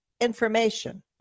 information